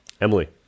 Emily